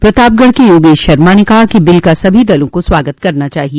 प्रतापगढ़ के योगेश शर्मा ने कहा कि बिल का सभी दलों को स्वागत करना चाहिए